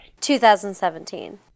2017